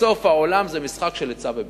בסוף, העולם זה משחק של היצע וביקוש.